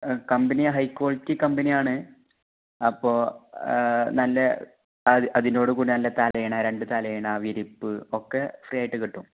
company high quality കമ്പനിയാണ് അപ്പോൾ നല്ല അ അതിനോട് കൂടി നല്ല തലയിണ രണ്ട് തലയിണ വിരിപ്പ് ഒക്കെ ഫ്രീ ആയിട്ട് കിട്ടും